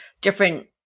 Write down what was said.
different